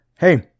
hey